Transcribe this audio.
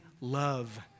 love